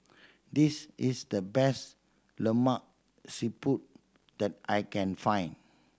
this is the best Lemak Siput that I can find